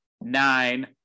nine